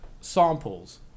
samples